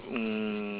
mm